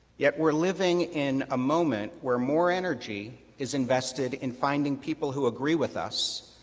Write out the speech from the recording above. yet, we're living in a moment where more energy is invested in finding people who agree with us,